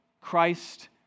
Christ